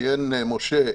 ציין משה,